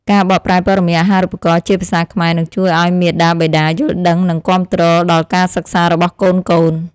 ការបកប្រែព័ត៌មានអាហារូបករណ៍ជាភាសាខ្មែរនឹងជួយឱ្យមាតាបិតាយល់ដឹងនិងគាំទ្រដល់ការសិក្សារបស់កូនៗ។